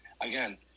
again